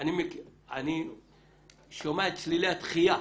אני שומע את צלילי הדחייה.